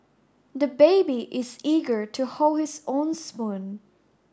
the baby is eager to hold his own spoon